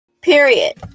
period